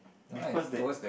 because that